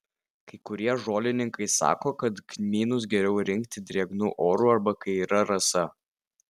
kai kurie žolininkai sako kad kmynus geriau rinkti drėgnu oru arba kai yra rasa